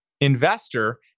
investor